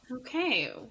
Okay